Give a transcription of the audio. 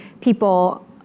people